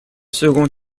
second